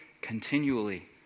continually